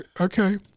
okay